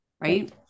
Right